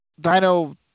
Dino